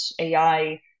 AI